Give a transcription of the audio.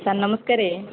sir ନମସ୍କାର୍